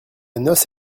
noce